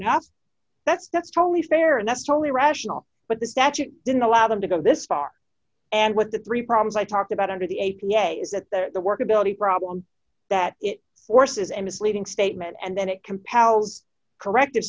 enough that's that's totally fair and that's totally rational but the statute didn't allow them to go this far and what the three problems i talked about under the a p a is that they're workability problem that it forces a misleading statement and then it compels correct